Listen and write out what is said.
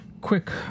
quick